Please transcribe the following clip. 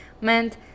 meant